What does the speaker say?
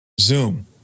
Zoom